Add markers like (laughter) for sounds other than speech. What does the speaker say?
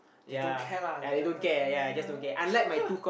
they don't care lah they just like (laughs)